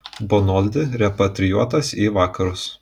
bonoldi repatrijuotas į vakarus